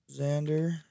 Xander